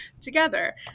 together